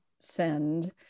send